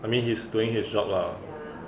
I mean he's doing his job lah